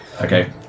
okay